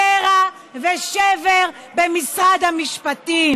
קרע ושבר במשרד המשפטים.